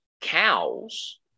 cows